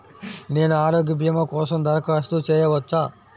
నేను ఆరోగ్య భీమా కోసం దరఖాస్తు చేయవచ్చా?